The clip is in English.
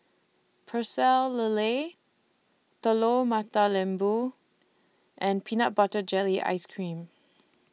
Pecel Lele Telur Mata Lembu and Peanut Butter Jelly Ice Cream